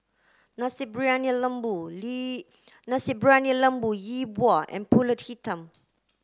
Nasi Briyani Lembu Nasi Briyani Lembu Yi Bua and Pulut Hitam